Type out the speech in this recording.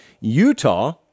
Utah